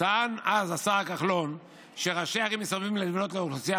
טען כחלון שראשי ערים מסרבים לבנות לאוכלוסייה